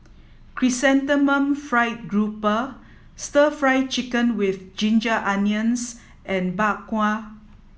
Chrysanthemum Fried Garoupa Stir Fry Chicken with Ginger Onions and Bak Kwa